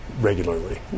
regularly